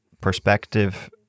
perspective